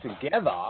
together